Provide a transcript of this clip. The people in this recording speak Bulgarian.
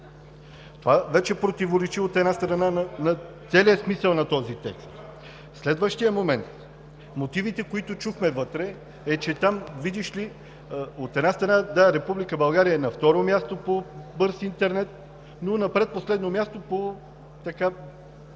Това противоречи на целия смисъл на този текст. Следващият момент, мотивите, които чухме вътре, са, че там, видиш ли, от една страна, Република България е на второ място по бърз интернет, но на предпоследно място по